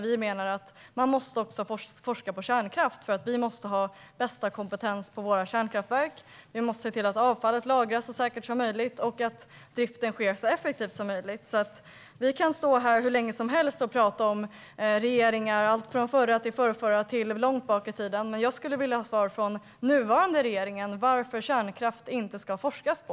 Vi menar att man också måste forska på kärnkraft, eftersom vi måste ha bästa möjliga kompetens på våra kärnkraftverk. Vi måste se till att avfallet lagras så säkert som möjligt och att driften sker så effektivt som möjligt. Vi kan stå här hur länge som helst och prata om regeringar, allt från den förra och förrförra regeringen till långt bak i tiden. Men jag skulle vilja ha svar från den nuvarande regeringen. Varför ska kärnkraft inte forskas på?